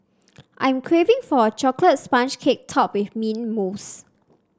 I'm craving for a chocolate sponge cake topped with mint mousse